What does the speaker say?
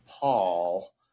Paul